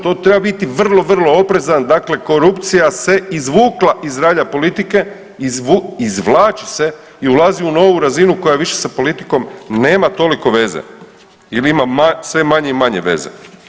Tu treba biti vrlo, vrlo oprezan, dakle korupcija se izvukla iz ralja politike, izvlači se i ulazi u novu razinu koja više sa politikom nema toliko veze ili ima sve manje i manje veze.